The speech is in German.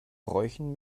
bräuchen